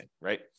right